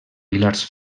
pilars